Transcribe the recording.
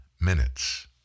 minutes